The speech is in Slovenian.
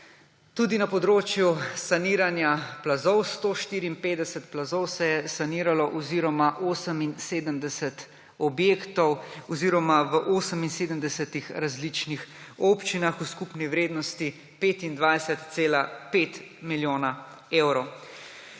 Tudi na področju saniranja plazov, 154 plazov se je saniralo oziroma 78 objektov oziroma v 78 različnih občinah v skupni vrednosti 25,5 milijona evrov.